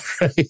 right